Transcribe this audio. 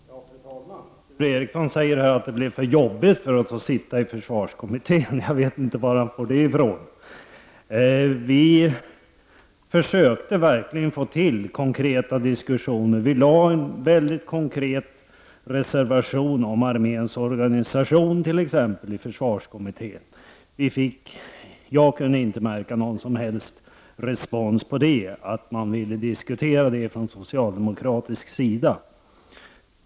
Fru talman! Sture Ericson säger att det blev för jobbigt för oss att sitta i försvarskommittén. Jag vet inte var han har fått det ifrån. Vi försökte verkligen att få till konkreta diskussioner. Vi utformade t.ex. en mycket konkret reservation i försvarskommittén om arméns organisation. Jag kunde inte märka att vi fick någon som helst respons på det, att socialdemokraterna ville diskutera detta.